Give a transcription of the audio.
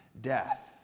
death